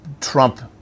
trump